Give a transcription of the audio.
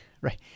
right